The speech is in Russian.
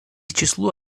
числу